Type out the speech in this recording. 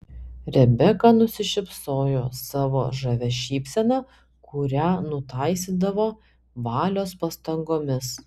rebeka nusišypsojo savo žavia šypsena kurią nutaisydavo valios pastangomis